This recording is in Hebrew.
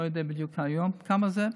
אני לא יודע בדיוק כמה זה היום.